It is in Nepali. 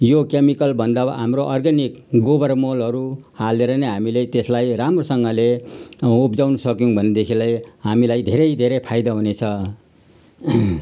यो केमिकल भन्दा हाम्रो अर्गानिक गोबर मलहरू हालेर नै हामीले त्यसलाई राम्रोसँगले उब्जाउनु सक्यौँ भनेदेखिलाई हामीलाई धेरै धेरै फाइदा हुनेछ